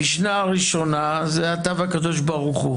המשנה הראשונה זה אתה והקדוש ברוך הוא